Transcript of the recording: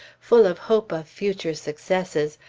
full of hope of future successes,